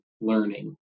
learning